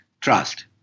trust